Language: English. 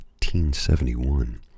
1971